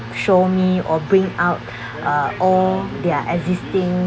show me or bring out uh all their existing